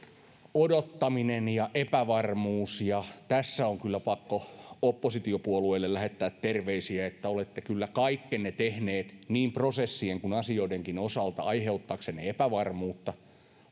odottaminen ja epävarmuus ja tässä on kyllä pakko oppositiopuolueille lähettää terveisiä että olette kyllä kaikkenne tehneet niin prosessien kuin asioidenkin osalta aiheuttaaksenne epävarmuutta